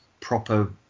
proper